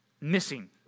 missing